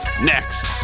next